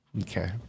Okay